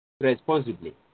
responsibly